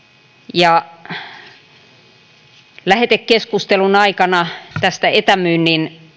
lähetekeskustelun aikana tästä etämyynnin